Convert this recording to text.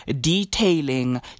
detailing